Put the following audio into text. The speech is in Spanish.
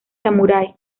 samurái